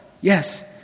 Yes